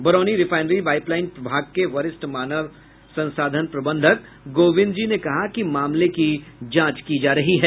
Barauni refinery pipeline प्रभाग के वरिष्ठ मानव संसाधन प्रबंधक गोविंदजी ने कहा कि मामले की जांच की जा रही है